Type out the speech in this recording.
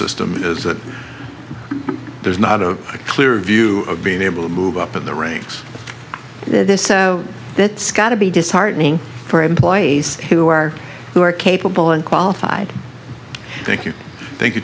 system is that there's not a clear view of being able to move up in the ranks of this so that's got to be disheartening for employees who are who are capable and qualified thank you thank you